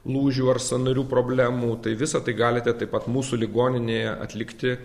lūžių ar sąnarių problemų tai visa tai galite taip pat mūsų ligoninėje atlikti